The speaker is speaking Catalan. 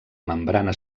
membrana